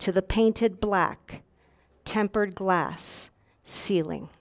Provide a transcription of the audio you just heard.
to the painted black tempered glass ceiling